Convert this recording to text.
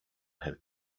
had